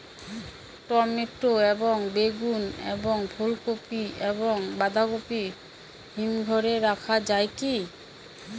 Tomato এবং বেগুন এবং ফুলকপি এবং বাঁধাকপি হিমঘরে রাখা যায় কি?